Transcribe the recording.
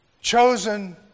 Chosen